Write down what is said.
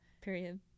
Period